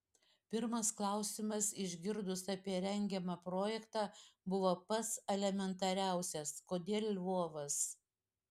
pirmas klausimas išgirdus apie rengiamą projektą buvo pats elementariausias kodėl lvovas